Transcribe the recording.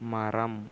மரம்